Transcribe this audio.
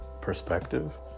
perspective